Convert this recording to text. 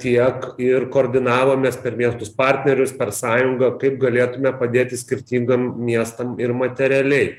tiek ir koordinavomės per miestus partnerius per sąjungą kaip galėtume padėti skirtingam miestam ir materialiai